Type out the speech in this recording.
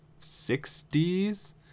60s